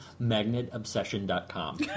Magnetobsession.com